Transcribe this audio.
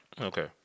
Okay